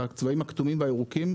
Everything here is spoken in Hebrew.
בצבעים הכתומים והירוקים,